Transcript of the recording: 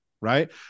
right